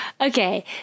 Okay